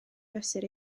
fesur